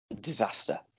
disaster